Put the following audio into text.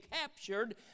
captured